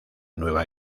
nueva